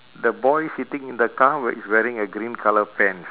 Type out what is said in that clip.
the boy sitting in the car we~ is wearing a green colour pants